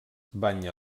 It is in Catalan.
banya